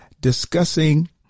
discussing